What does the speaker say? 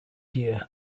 year